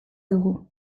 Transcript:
dugu